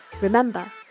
Remember